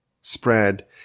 spread